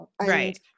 right